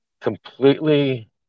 completely